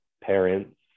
parents